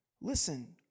Listen